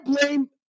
blame